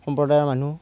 সম্প্ৰদায়ৰ মানুহ